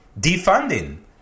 defunding